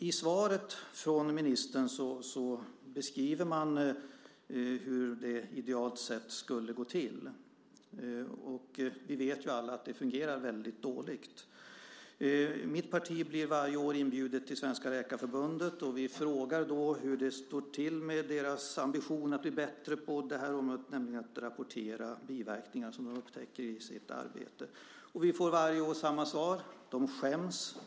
I svaret från ministern beskriver han hur det idealt sett skulle gå till. Vi vet alla att det fungerar väldigt dåligt. Mitt parti blir varje år inbjudet till Sveriges läkarförbund. Vi frågar då hur det står till med deras ambition att bli bättre på området att rapportera biverkningar som de upptäcker i sitt arbete. Vi får varje år samma svar.